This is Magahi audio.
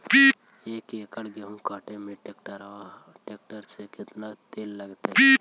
एक एकड़ गेहूं काटे में टरेकटर से केतना तेल लगतइ?